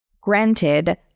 Granted